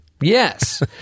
Yes